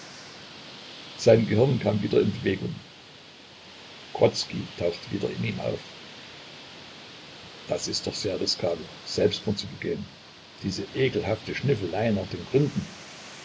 sein gehirn kam wieder in bewegung grodzki tauchte wieder in ihm auf das ist doch sehr riskabel selbstmord zu begehen diese ekelhafte schnüffelei nach den gründen